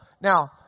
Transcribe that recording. now